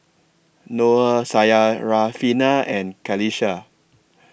Noah Syarafina and Qalisha